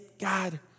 God